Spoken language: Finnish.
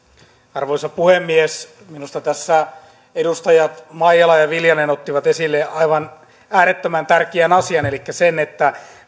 arvoisa puhemies minusta tässä edustajat maijala ja ja viljanen ottivat esille aivan äärettömän tärkeän asian elikkä sen että